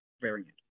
variant